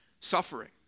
suffering